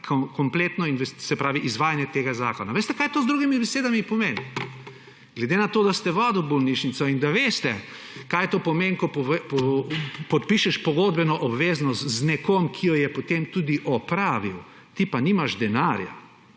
kompletno izvajanje tega zakona. Veste, kaj to z drugimi besedami pomeni? Ker ste vodili bolnišnico in da veste, kaj to pomeni, ko podpišeš pogodbeno obveznost z nekom, ki jo je potem tudi opravil, ti pa nimaš denarja,